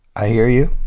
i hear you.